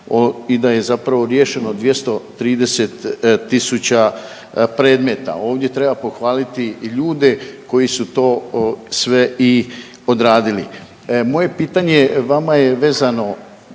i da je zapravo riješeno 230 tisuća predmeta. Ovdje treba pohvaliti i ljude koji su to sve i odradili. Moje pitanje vama je vezano